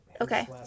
Okay